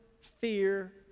fear